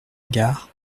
gare